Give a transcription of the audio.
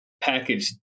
package